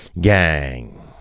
Gang